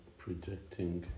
projecting